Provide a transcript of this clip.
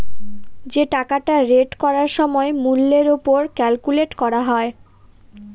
যে টাকাটা রেট করার সময় মূল্যের ওপর ক্যালকুলেট করা হয়